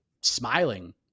smiling